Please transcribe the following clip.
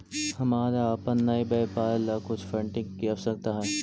हमारा अपन नए व्यापार ला कुछ फंडिंग की आवश्यकता हई